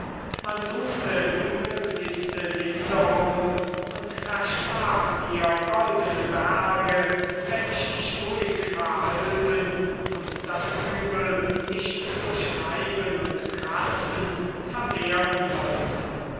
man suchte die möglichste linderung und versprach mir goldene berge wenn ich mich ruhig verhalten und das übel nicht durch reiben und kratzen vermehren wollte